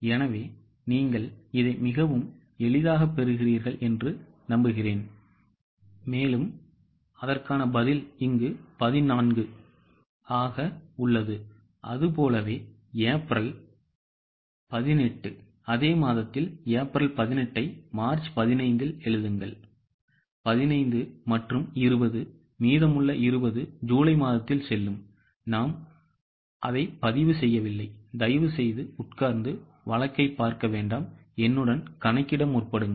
எனவே நீங்கள் இதை மிகவும் எளிதாகப் பெறுகிறீர்கள் என்று நம்புகிறேன் எனவே 14 அது போலவே ஏப்ரல் 18 அதே மாதத்தில் ஏப்ரல் 18 ஐ மார்ச் 15 இல் எழுதுங்கள்15 மற்றும் 20 மீதமுள்ள 20 ஜூலை மாதத்தில் செல்லும் நாம் அதைப் பதிவு செய்யவில்லை தயவுசெய்து உட்கார்ந்து வழக்கைப் பார்க்க வேண்டாம் என்னுடன் கணக்கிட முற்படுங்கள்